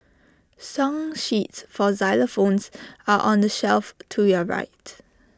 song sheets for xylophones are on the shelf to your right